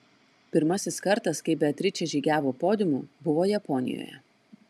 pirmasis kartas kai beatričė žygiavo podiumu buvo japonijoje